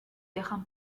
viajan